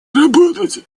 работать